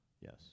Yes